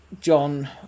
john